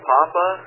Papa